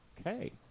okay